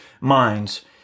minds